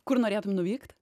kur norėtum nuvykt